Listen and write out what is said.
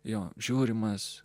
jo žiūrimas